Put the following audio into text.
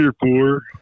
four